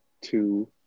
Two